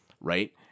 Right